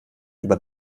über